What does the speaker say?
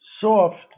soft